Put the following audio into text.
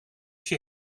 she